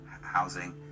housing